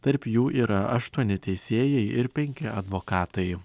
tarp jų yra aštuoni teisėjai ir penki advokatai